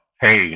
hey